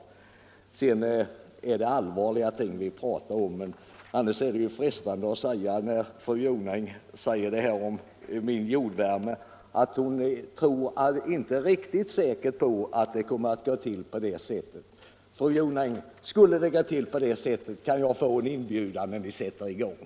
Fru Jonäng sade med anledning av min beskrivning av jordvärmen att hon inte är riktigt säker på att det skulle gå till på det sättet. Det är allvarliga ting vi här talar om. Annars vore det frestande att säga: Skulle det gå till på det sättet, kan jag då, fru Jonäng, få en inbjudan när ni sätter i gång?